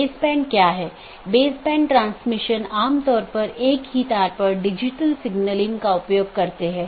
गम्यता reachability की जानकारी update message द्वारा आदान प्रदान की जाती है